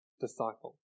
disciple